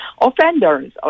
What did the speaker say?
Offenders